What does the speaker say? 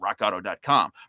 rockauto.com